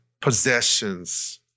possessions